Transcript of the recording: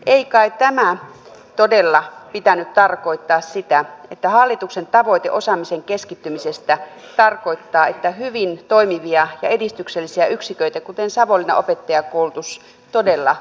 ei kai tämän todella pitänyt tarkoittaa sitä että hallituksen tavoite osaamisen keskittymisestä tarkoittaa että hyvin toimivia ja edistyksellisiä yksiköitä kuten savonlinnan opettajakoulutus todella lakkautetaan